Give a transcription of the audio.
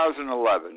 2011